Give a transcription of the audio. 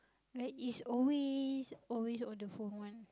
like is always always on the phone one